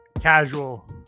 casual